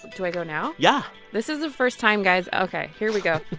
do i go now? yeah this is the first time, guys. ok. here we go.